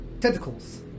tentacles